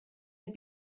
had